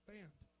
Band